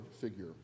figure